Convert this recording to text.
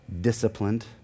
disciplined